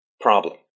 problem